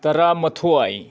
ꯇꯔꯥ ꯃꯥꯊꯣꯏ